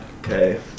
Okay